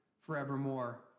forevermore